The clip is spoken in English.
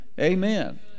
Amen